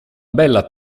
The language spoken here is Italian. bella